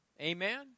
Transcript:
Amen